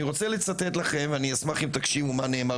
אני רוצה לספר לכם אני אשמח אם תקשיבו מה נאמר